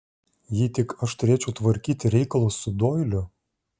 jei tik aš turėčiau tvarkyti reikalus su doiliu